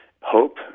hope